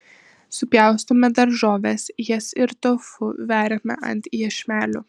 supjaustome daržoves jas ir tofu veriame ant iešmelių